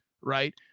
right